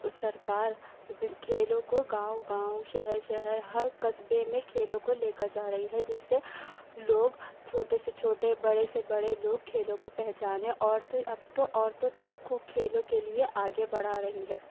سرکار جس کھیلوں کو گاؤں گاؤں شہر شہر ہر قصبے میں کھیلوں کو لے کر جا رہی ہے جس سے لوگ چھوٹے سے چھوٹے بڑے سے بڑے لوگ کھیلوں کو پہچانے اور تو اب تو عورتوں تک کو کھیلوں کے لئے آگے بڑھا رہی ہے